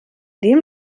dem